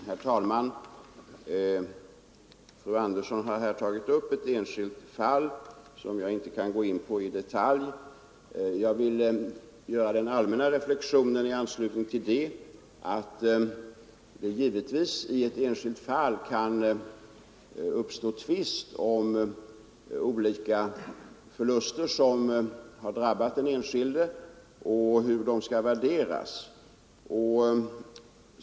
Herr talman! Fru Andersson i Kumla har tagit upp ett enskilt fall, som jag inte kan gå in på i detalj. Jag vill göra den allmänna reflexionen att det givetvis i ett enskilt fall kan uppstå tvist om olika förluster som har drabbat den enskilde och om hur de skall värderas.